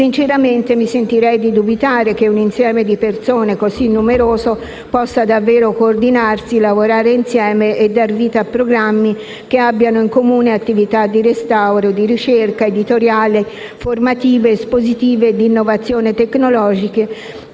sinceramente mi sentirei di dubitare che un insieme di persone così numeroso possa davvero coordinarsi, lavorare insieme e dar vita a programmi che abbiano in comune attività di restauro, di ricerca, editoriali, formative, espositive e di innovazione tecnologica